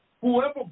whoever